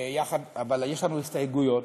אבל יש לנו הסתייגויות.